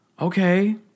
Okay